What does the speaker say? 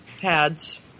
pads